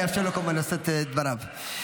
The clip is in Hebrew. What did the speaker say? אאפשר לו כמובן לשאת את דבריו.